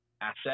asset